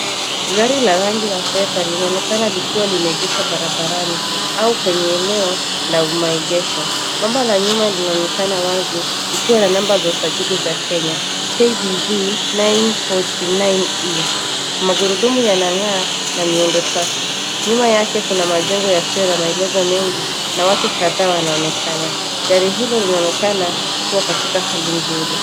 Gari la rangi ya fedha, linaonekana likiwa limeegeshwa barabarani au kwenye eneo la umaegesho. Bomba la nyuma linaonekana wazi, likiwa na namba za usajili za Kenya, KDV 949E. Magurudumu yanang'aa na miundo tata. Nyuma yake kuna majengo yasio na mealezo mengi, na watu kadhaa wanaonekana. Gari hilo linaonekana kua katika hali nzuri.